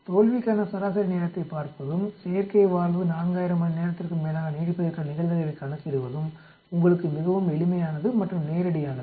தோல்விக்கான சராசரி நேரத்தைப் பார்ப்பதும் செயற்கை வால்வு 4000 மணி நேரத்திற்கும் மேலாக நீடிப்பதற்கான நிகழ்தகவைக் கணக்கிடுவதும் உங்களுக்கு மிகவும் எளிமையானது மற்றும் நேரடியானது